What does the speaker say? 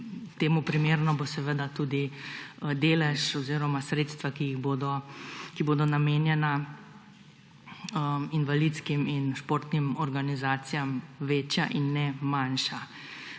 Temu primerno bodo seveda tudi delež oziroma sredstva, ki bodo namenjena invalidskim in športnim organizacijam, večja in ne manjša.